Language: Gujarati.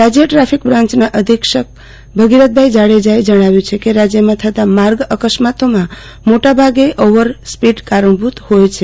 રાજ્ય ટ્રાફિક બ્રાન્ચના અધિક્ષક ભગીરથભાઈ જાડેજાએ જણાવ્યું છે કે રાજ્યમાં થતાં માર્ગ અકસ્માતોમાં મોટાભાગે ઓવર સ્પીડ કારણભૂત હોય છે